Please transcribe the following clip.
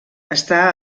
està